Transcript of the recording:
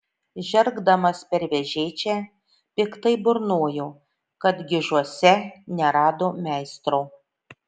žergdamas per vežėčią piktai burnojo kad gižuose nerado meistro